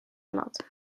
elad